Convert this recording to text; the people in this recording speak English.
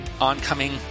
oncoming